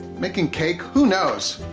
making cake, who knows?